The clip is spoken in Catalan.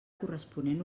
corresponent